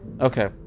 Okay